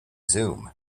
zoom